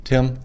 Tim